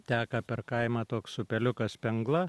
teka per kaimą toks upeliukas spengla